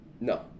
No